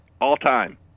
All-time